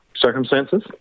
circumstances